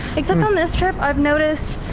except on this trip i've noticed.